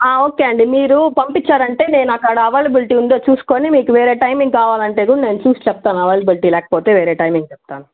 okay అండి మీరు పంపించారంటే నేను అక్కడ అవైలబిలిటీ ఉందో చూసుకుని మీకు వేరే టైమింగ్ కావాలంటే కూడా నేను చూసి చెప్తాను అవైలబిలిటీ లేకపోతే వేరే టైమింగ్ చెప్తాను